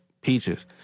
peaches